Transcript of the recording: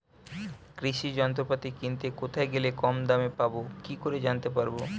কৃষি যন্ত্রপাতি কিনতে কোথায় গেলে কম দামে পাব কি করে জানতে পারব?